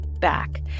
back